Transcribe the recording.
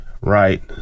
right